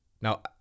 Now